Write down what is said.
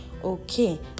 okay